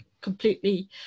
completely